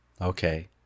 Okay